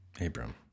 abram